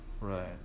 right